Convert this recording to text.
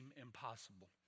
impossible